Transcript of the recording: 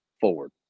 forward